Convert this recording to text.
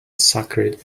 sacred